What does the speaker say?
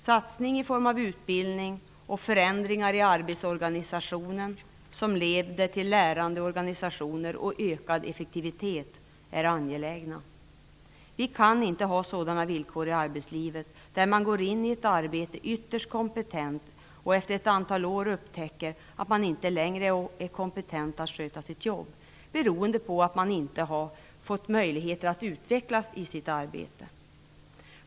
Satsningar i form av utbildning och förändringar i arbetsorganisationen som leder till lärande organisationer och ökad effektivitet är angelägna. Vi kan inte ha sådana villkor i arbetslivet där man går in i ett arbete ytterst kompetent och efter ett antal år upptäcker att man inte längre är kompetent att sköta sitt jobb, beroende på att man inte har fått möjligheter att utvecklas i sitt arbete.